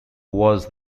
was